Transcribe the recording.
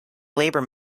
labour